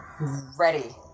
ready